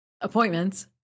appointments